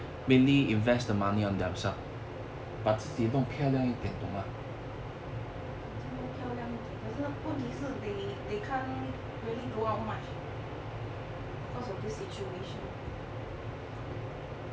把自己弄漂亮一点可是问题是 they can't really go out much because of this situation